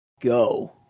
go